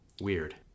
weird